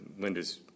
Linda's